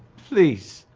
please,